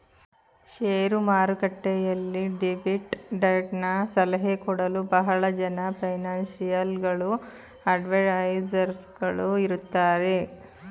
share ಮಾರುಕಟ್ಟೆಯಲ್ಲಿ debit ಡಯಟನ ಸಲಹೆ ಕೊಡಲು ಬಹಳ ಜನ ಫೈನಾನ್ಸಿಯಲ್ ಗಳು ಅಡ್ವೈಸರ್ಸ್ ಗಳು ಇರುತ್ತಾರೆ